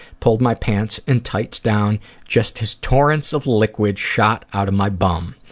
pulled my pants and tights down just as torrents of liquid shot out of my bum.